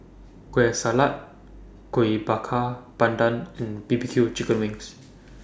Kueh Salat Kuih Bakar Pandan and B B Q Chicken Wings